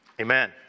amen